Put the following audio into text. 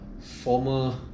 former